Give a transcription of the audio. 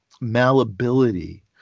malleability